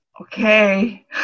okay